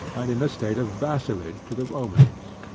and in a state of vassalage to the romans.